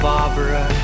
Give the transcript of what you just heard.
Barbara